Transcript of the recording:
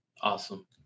Awesome